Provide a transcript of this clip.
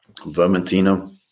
Vermentino